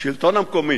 השלטון המקומי,